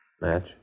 Match